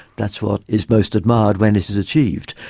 that's what is most admired when it is achieved.